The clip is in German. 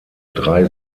drei